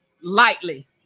lightly